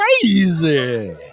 Crazy